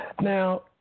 Now